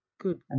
Good